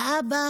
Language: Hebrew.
והאבא